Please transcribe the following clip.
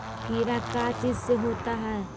कीड़ा का चीज से होता है?